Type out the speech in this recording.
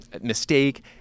mistake